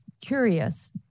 curious